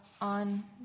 on